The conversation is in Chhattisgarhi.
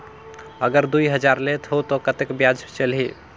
अगर दुई हजार लेत हो ता कतेक ब्याज चलही?